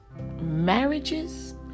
marriages